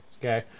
okay